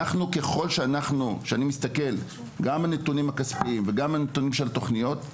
וככל שאנחנו נסתכל גם על נתוני הכספים וגם על נתוני התוכניות,